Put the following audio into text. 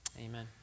Amen